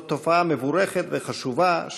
זו תופעה מבורכת וחשובה,